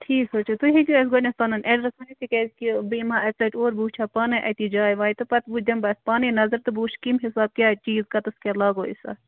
ٹھیٖک حظ چھُ تُہۍ ہٮ۪کِو اَسہِ گۄڈٕنٮ۪تھ پَنُن اٮ۪ڈرَس ؤنِتھ تِکیٛاز کہِ بہٕ یِمہٕ ہا اَکہِ لَٹہِ اور بہٕ وٕچھِ ہا پانَے اَتی جاے واے تہٕ پتہٕ وۄنۍ دِم بہٕ اَتھ پانَے نظر تہٕ بہٕ وٕچھ کَمہِ حِساب کیٛاہ چیٖز کَتَس کیٛاہ لاگو أسۍ اَتھ